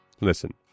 listen